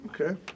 Okay